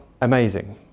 amazing